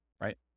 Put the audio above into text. right